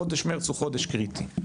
חודש מרץ הוא חודש קריטי.